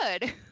good